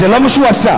זה לא מה שהוא עשה.